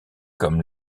comme